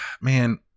man